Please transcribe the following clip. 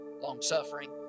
long-suffering